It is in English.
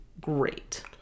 great